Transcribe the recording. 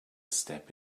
step